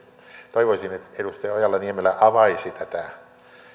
toivoisin että edustaja ojala niemelä avaisi tätä